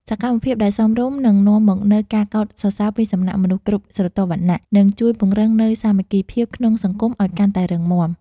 សកម្មភាពដែលសមរម្យនឹងនាំមកនូវការកោតសរសើរពីសំណាក់មនុស្សគ្រប់ស្រទាប់វណ្ណៈ និង ជួយពង្រឹងនូវសាមគ្គីភាពក្នុងសង្គមឱ្យកាន់តែរឹងមាំ។